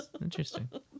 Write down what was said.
Interesting